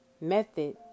method